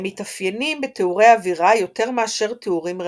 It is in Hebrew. הם מתאפיינים בתיאורי אווירה יותר מאשר תיאורים ריאליסטיים.